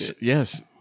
Yes